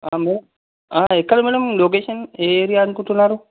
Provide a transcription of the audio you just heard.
madam ఎక్కడ madam location ఏ area అనుకుంటున్నారు